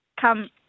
come